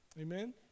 Amen